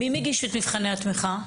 מי מגיש את מבחני התמיכה?